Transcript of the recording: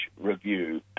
review